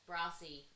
Brassy